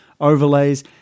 overlays